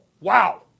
Wow